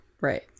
right